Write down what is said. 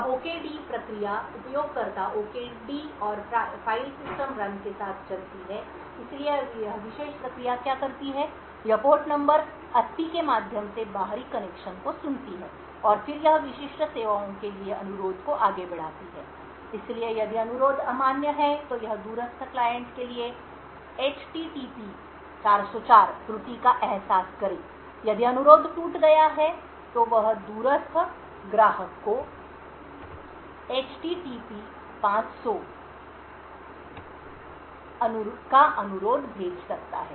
अब OKD प्रक्रिया उपयोगकर्ता OKD और फ़ाइल सिस्टम रन के साथ चलती है इसलिए यह विशेष प्रक्रिया क्या करती है यह पोर्ट नंबर 80 के माध्यम से बाहरी कनेक्शनों को सुनती है और फिर यह विशिष्ट सेवाओं के लिए अनुरोध को आगे बढ़ाती है इसलिए यदि अनुरोध अमान्य है तो यह दूरस्थ क्लाइंट के लिए HTTP 404 त्रुटि का एहसास करें यदि अनुरोध टूट गया है तो वह दूरस्थ ग्राहक को HTTP 500 अनुरोध भेज सकता है